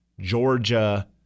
Georgia